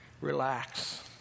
Relax